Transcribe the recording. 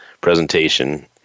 presentation